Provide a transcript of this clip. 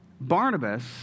Barnabas